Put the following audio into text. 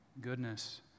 goodness